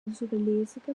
zuverlässige